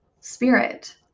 spirit